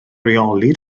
reoli